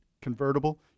convertible